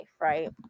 right